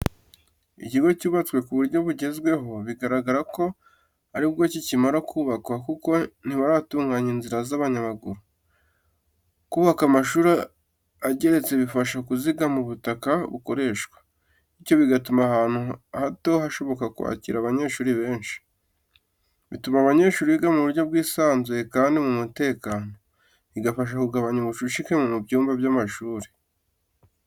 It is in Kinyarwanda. Ikigo cyubatswe ku buryo bugezweho, bigaragara ko ari bwo kikimara kubakwa kuko ntibaratunganya inzira z'abanyamaguru. Kubaka amashuri ageretse bifasha kuzigama ubutaka bukoreshwa, bityo bigatuma ahantu hato hashoboka kwakira abanyeshuri benshi. Bituma abanyeshuri biga mu buryo bwisanzuye kandi mu mutekano, bigafasha kugabanya ubucucike mu byumba by’amashuri.